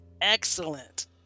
excellent